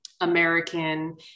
American